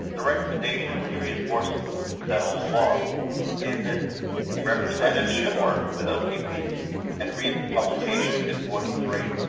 the recommendation which reinforces what's been said along is that representatives should work with otps and read the publication tip forty three,